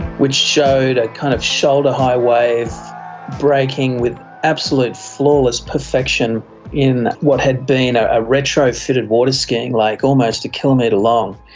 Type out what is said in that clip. which showed a kind of shoulder-high wave breaking with absolute flawless perfection in what had been ah a retrofitted waterskiing lake like almost a kilometre long.